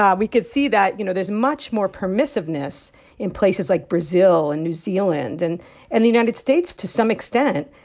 um we could see that, you know, there's much more permissiveness in places like brazil and new zealand and and the united states, to some extent,